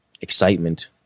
excitement